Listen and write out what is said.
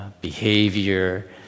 behavior